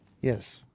Yes